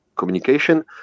communication